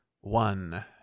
one